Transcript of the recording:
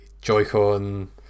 Joy-Con